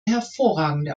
hervorragende